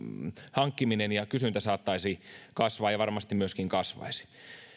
hankkiminen ja kysyntä saattaisi kasvaa ja varmasti myöskin kasvaisi